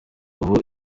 ubu